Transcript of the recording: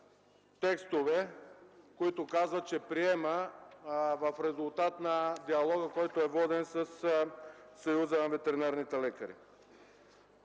текстове, които казва, че приема в резултат на диалога, който е воден със Съюза на ветеринарните лекари.